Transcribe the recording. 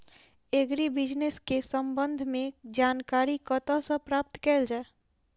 Agri business केँ संबंध मे जानकारी कतह सऽ प्राप्त कैल जाए?